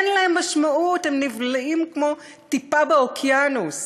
אין להם משמעות, הם נבלעים כמו טיפה באוקיינוס.